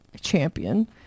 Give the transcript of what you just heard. champion